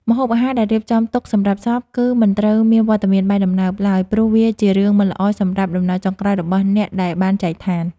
ម្ហូបអាហារដែលរៀបចំទុកសម្រាប់សពក៏មិនត្រូវមានវត្តមានបាយដំណើបឡើយព្រោះវាជារឿងមិនល្អសម្រាប់ដំណើរចុងក្រោយរបស់អ្នកដែលបានចែកឋាន។